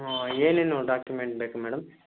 ಹ್ಞೂ ಏನೇನು ಡಾಕ್ಯುಮೆಂಟ್ ಬೇಕು ಮೇಡಮ್